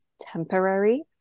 temporary